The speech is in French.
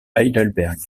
heidelberg